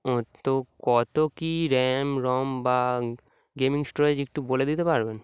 ও তো কত কি রাম রম বা গেমিং স্টোরেজ একটু বলে দিতে পারবেন